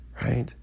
right